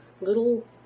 little